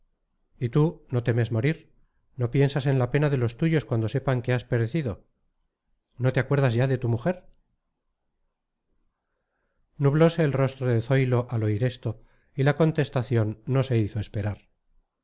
y tú no temes morir no piensas en la pena de los tuyos cuando sepan que has perecido no te acuerdas ya de tu mujer nublose el rostro de zoilo al oír esto y la contestación no se hizo esperar